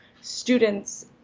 students